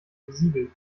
besiegelt